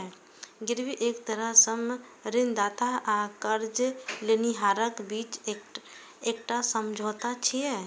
गिरवी एक तरह सं ऋणदाता आ कर्ज लेनिहारक बीच एकटा समझौता छियै